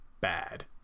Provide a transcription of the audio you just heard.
bad